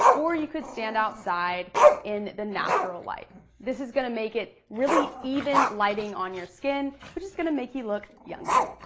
or you could stand outside in the natural light. this is gonna make it really even lighting on your skin, which is gonna make you look younger.